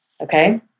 okay